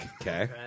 Okay